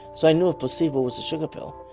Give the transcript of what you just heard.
so i knew a placebo was a sugar pill.